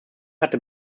hatte